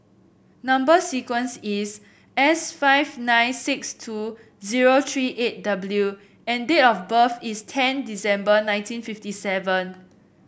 number sequence is S five nine six two zero tree eight W and date of birth is ten December nineteen fifty seven